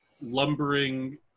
lumbering